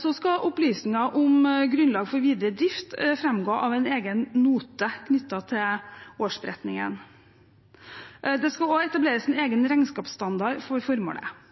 Så skal opplysninger om grunnlag for videre drift framgå av en egen note knyttet til årsregnskapet. Det skal også etableres en egen regnskapsstandard for formålet.